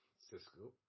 Cisco